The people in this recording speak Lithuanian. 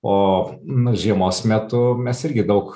o nu žiemos metu mes irgi daug